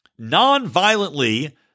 non-violently